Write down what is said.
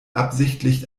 absichtlich